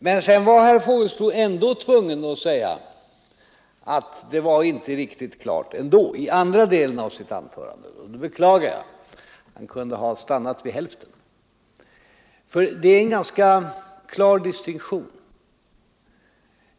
Sedan kände sig herr Fågelsbo tvungen att säga att det ändå inte var riktigt klart. Det sade han i andra delen av sitt anförande, och det beklagar jag — han kunde ha stannat vid hälften. Här finns en ganska klar distinktion.